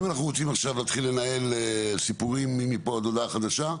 אם אנחנו רוצים להתחיל לנהל סיפורים מפה עד הודעה חדשה,